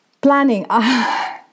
Planning